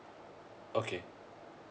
okay